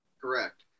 Correct